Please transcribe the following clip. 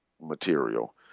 material